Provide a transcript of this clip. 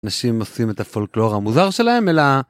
נשים עושים את הפולקלור המוזר שלהם, אלא...